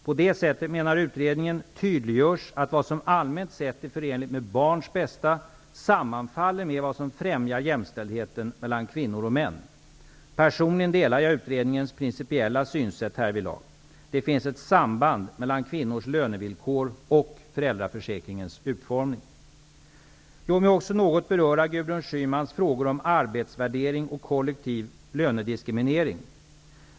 På detta sätt, menar utredningen, tydliggörs att vad som allmänt sett är förenligt med barns bästa sammanfaller med vad som främjar jämställdheten mellan kvinnor och män. Personligen delar jag utredningens principiella uppfattning härvidlag. Det finns ett samband mellan kvinnors lönevillkor och föräldraförsäkringens utformning. Låt mig också något beröra Gudrun Schymans frågor om arbetsvärdering och kollektiv lönediskriminering.